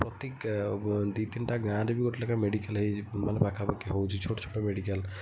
ପ୍ରତି ଦୁଇ ତିନିଟା ଗାଁରେ ବି ଗୋଟେ ଲେଖାଏଁ ମେଡ଼ିକାଲ୍ ମାନେ ପାଖାପାଖି ହଉଛି ଛୋଟ ଛୋଟ ମେଡ଼ିକାଲ୍